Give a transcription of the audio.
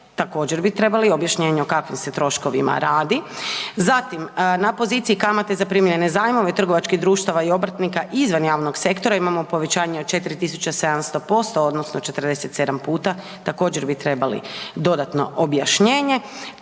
također bi trebali objašnjenje o kakvim se troškovima radi. Zatim na poziciji kamate zaprimljene zajmom trgovačkih društava i obrtnika izvan javnog sektora imamo povećanje od 4700% odnosno 47 puta, također bi trebali dodatno objašnjenje.